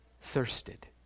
thirsted